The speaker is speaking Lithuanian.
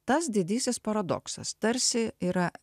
tas didysis paradoksas tarsi yra